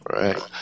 right